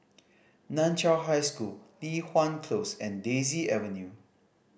Nan Chiau High School Li Hwan Close and Daisy Avenue